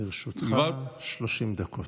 לרשותך 30 דקות.